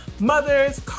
Mothers